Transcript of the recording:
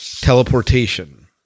teleportation